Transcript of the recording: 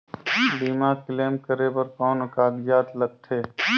बीमा क्लेम करे बर कौन कागजात लगथे?